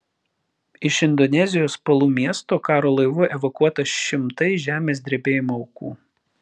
iš indonezijos palu miesto karo laivu evakuota šimtai žemės drebėjimo aukų